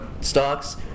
stocks